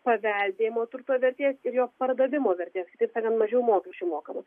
paveldėjimo turto vertės ir jo pardavimo vertės kitaip sakant mažiau mokesčių mokama